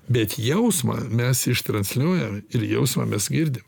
bet jausmą mes ištransliuojam ir jausmą mes girdi